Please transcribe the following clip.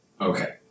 Okay